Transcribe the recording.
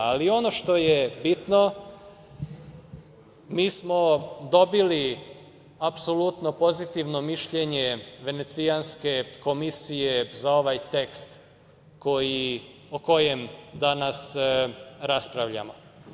Ali, ono što je bitno, mi smo dobili apsolutno pozitivno mišljenje Venecijanske komisije za ovaj tekst o kojem danas raspravljamo.